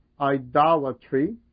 idolatry